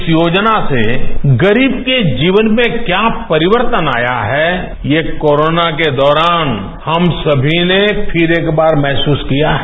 इस योजना से गरीब के जीवन में क्या परिवर्तन आया है ये कोरोना के दौरान हम सभी ने फिर एक बार महसूस किया है